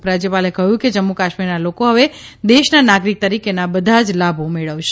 ઉપરાજયપાલે કહ્યું કે જમ્મુકાશ્મીરના લોકો હવે દેશના નાગરિક તરીકેના બધા જ લાભો મેળવશે